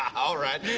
all right.